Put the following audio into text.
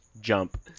jump